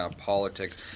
politics